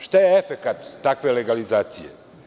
Šta je efekat takve legalizacije?